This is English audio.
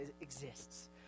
exists